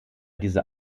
diese